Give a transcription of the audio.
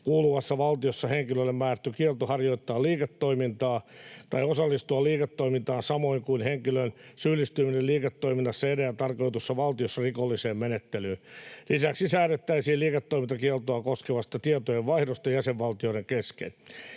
kuuluvassa valtiossa henkilölle määrätty kielto harjoittaa liiketoimintaa tai osallistua liiketoimintaan, samoin kuin henkilön syyllistyminen liiketoiminnassa edellä tarkoitetussa valtiossa rikolliseen menettelyyn. Lisäksi säädettäisiin liiketoimintakieltoa koskevasta tietojenvaihdosta jäsenvaltioiden kesken.